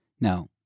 No